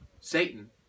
Satan